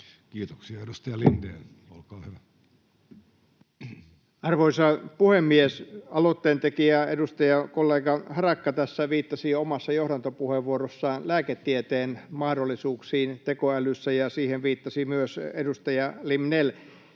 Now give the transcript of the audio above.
Kiitoksia. — Edustaja Lindén, olkaa hyvä. Arvoisa puhemies! Aloitteen tekijä, edustajakollega Harakka viittasi tässä omassa johdantopuheenvuorossaan lääketieteen mahdollisuuksiin tekoälyssä, ja siihen viittasi myös edustaja Limnell.